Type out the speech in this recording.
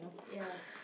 ya